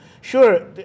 Sure